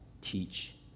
teach